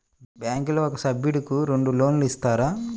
బ్యాంకులో ఒక సభ్యుడకు రెండు లోన్లు ఇస్తారా?